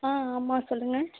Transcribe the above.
ஆ ஆமாம் சொல்லுங்க